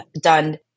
done